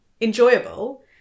enjoyable